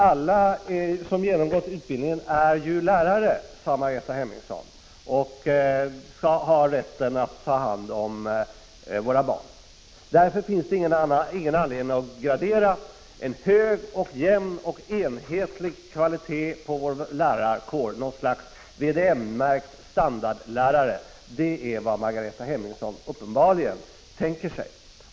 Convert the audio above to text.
Alla som genomgått utbildningen är ju lärare, sade hon, och skall ha rätt att ta hand om våra barn. Därför finns det ingen anledning att gradera en hög, jämn och enhetlig kvalitet på vår lärarkår. Något slags VDN-märkt standardlärare är vad Margareta Hemmingsson uppenbarligen tänker sig.